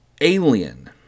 alien